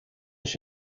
does